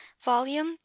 volume